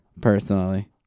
Personally